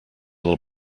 del